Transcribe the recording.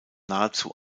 nahezu